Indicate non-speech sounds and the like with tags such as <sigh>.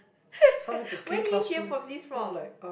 <laughs> where did you hear from this from